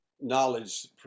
knowledge